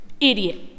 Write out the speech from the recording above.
idiot